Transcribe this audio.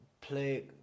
play